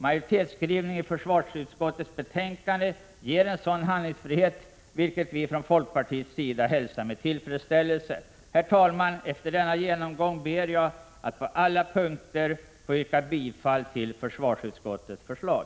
Majoritetsskrivningen i försvarsutskottets betänkande ger en sådan handlingsfrihet, vilket vi från folkpartiets sida hälsar med tillfredsställelse. Herr talman! Efter denna genomgång ber jag att på alla punkter få yrka bifall till försvarsutskottets förslag.